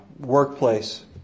workplace